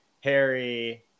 Harry